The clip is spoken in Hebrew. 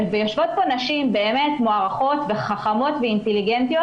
יושבות פה נשים מוערכות, חכמות ואינטליגנטיות.